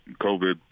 COVID